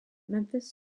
memphis